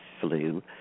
flu